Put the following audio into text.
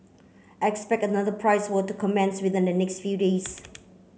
expect another price war to commence within next few days